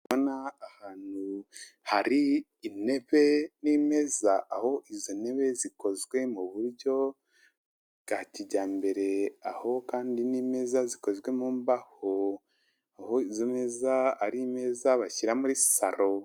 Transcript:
Aha hantutu hari intebe n'imeza aho izi ntebe zikozwe mu buryo bwa kijyambere aho kandi n'imeza zikozwe mu mbaho, aho izi meza ari imeza bashyira muri saro.